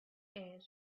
air